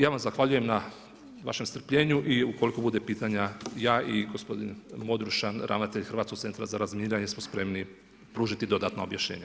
Ja vam zahvaljujem na vašem strpljenju i ukoliko pitanja, ja i gospodin Modrušan, ravnatelj Hrvatskog centra za razminiranje smo spremni pružiti dodatna objašnjenja.